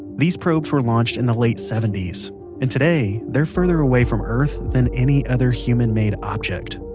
these probes were launched in the late seventies and today they are farther away from earth than any other human-made object.